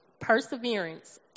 Perseverance